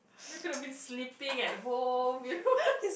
we could have been sleeping at home